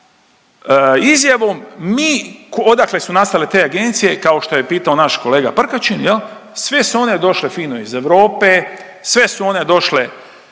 izjavom, mi, odakle su nastale te agencije, kao što je pitao naš kolega Prkačin, je li, sve su one došle fino iz Europe, sve su one došle,